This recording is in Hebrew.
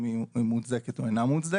אם היא מוצדקת או אינה מוצדקת.